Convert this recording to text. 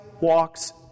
walks